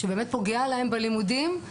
שבאמת פוגע להם בלימודים.